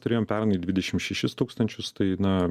turėjom pernai dvidešimt šešis tūkstančius tai na